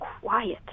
quiet